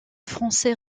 français